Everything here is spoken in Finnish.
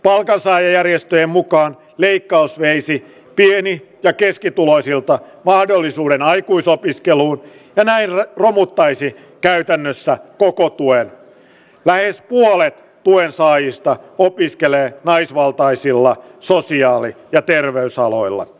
palkansaajajärjestöjen mukaan leikkaus veisi pieni ja keskituloisilta mahdollisuuden aikuisopiskelun ja näin romuttaisi käytännössä koko tulen lähes puolet tuen saajista opiskelen naisvaltaisilla sosiaali ja terveysaloilla